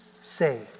say